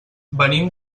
venim